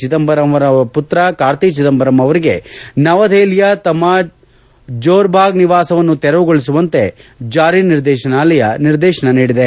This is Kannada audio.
ಚಿದಂಬರಂ ಅವರ ಪುತ್ರ ಕಾರ್ತಿ ಚಿದಂಬರಂಗೆ ನವದೆಹಲಿಯ ತಮ್ಮ ಜೋರ್ ಭಾಗ್ ನಿವಾಸವನ್ನು ತೆರವುಗೊಳಿಸುವಂತೆ ಜಾರಿ ನಿರ್ದೇಶನಾಲಯ ನಿರ್ದೇಶನ ನೀಡಿದೆ